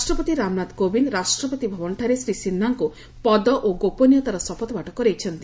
ରାଷ୍ଟ୍ରପତି ରାମନାଥ କୋବିନ୍ଦ ରାଷ୍ଟ୍ରପତିଭବନଠାରେ ଶ୍ରୀ ସିହ୍ୱାକୁ ପଦ ଓ ଗୋପନୀୟତାର ଶପଥପାଠ କରାଇଛନ୍ତି